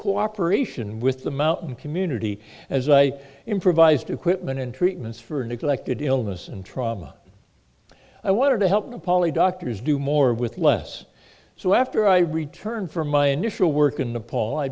cooperation with the mountain community as i improvised equipment and treatments for neglected illness and trauma i wanted to help them polly doctors do more with less so after i returned from my initial work in nepal i